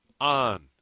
on